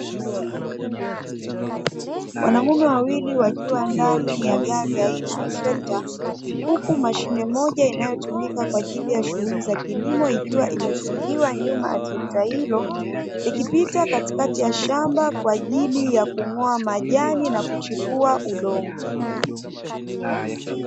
Wanume wawili wakiwa ndani ya gari aina ya trekta, huku mashine moja inayotumika kwa ajili ya shughuli za kilimo ikiwa imefungiwa nyuma ya trekta hilo, ikipita katikati ya shamba kwa ajili ya kung'oa majani na kuchimbua udongo.